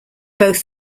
both